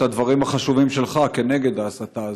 את הדברים החשובים שלך כנגד ההסתה הזאת.